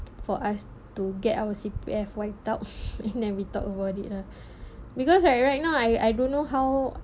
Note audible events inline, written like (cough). for us to get our C_P_F wipe out (laughs) and we thought about it lah (breath) because like right now I I don't know how